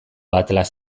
atlas